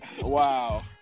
wow